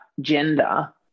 gender